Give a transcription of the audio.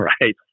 Right